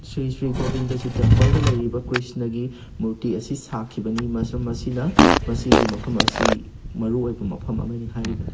ꯁ꯭ꯔꯤ ꯁ꯭ꯔꯤ ꯒꯣꯕꯤꯟꯗꯖꯤ ꯇꯦꯝꯄꯜꯗ ꯂꯩꯔꯤꯕ ꯀ꯭ꯔꯤꯁꯅꯒꯤ ꯃꯨꯔꯇꯤ ꯑꯁꯤ ꯁꯥꯈꯤꯕꯅꯤ ꯃꯔꯝ ꯑꯁꯤꯅ ꯃꯁꯤꯒꯤ ꯃꯐꯝ ꯑꯁꯤ ꯃꯔꯨ ꯑꯣꯏꯕ ꯃꯐꯝ ꯑꯃꯅꯤ ꯍꯥꯏꯔꯤꯕꯅꯤ